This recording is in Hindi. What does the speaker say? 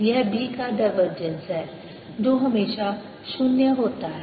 यह B का डायवर्जेंस है जो हमेशा शून्य होता है